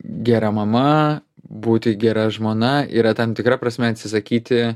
gera mama būti gera žmona yra tam tikra prasme atsisakyti